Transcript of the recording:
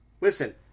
Listen